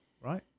right